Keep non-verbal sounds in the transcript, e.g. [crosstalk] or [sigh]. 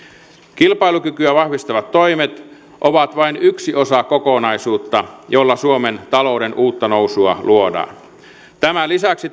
kilpailukykyä vahvistavat toimet ovat vain yksi osa kokonaisuutta jolla suomen talouden uutta nousua luodaan tämän lisäksi [unintelligible]